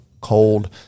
cold